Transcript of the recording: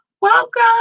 Welcome